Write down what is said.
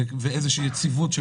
ואיזושהי יציבות,